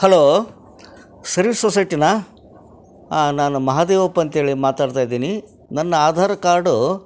hello service ಸೊಸೈಟಿನಾ ನಾನು ಮಹಾದೇವಪ್ಪ ಅಂತ ಹೇಳಿ ಮಾತಾಡ್ತಾ ಇದ್ದೀನಿ ನನ್ನ ಆಧಾರ್ ಕಾರ್ಡು